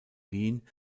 wien